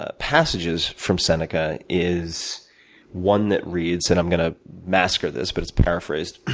ah passages from seneca is one that reads, and i'm gonna massacre this, but it's paraphrased.